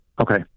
Okay